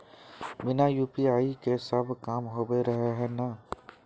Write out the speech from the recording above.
बिना यु.पी.आई के सब काम होबे रहे है ना?